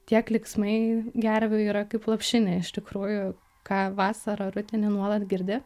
tie klyksmai gervių yra kaip lopšinė iš tikrųjų ką vasarą rudenį nuolat girdi